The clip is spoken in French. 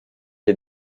est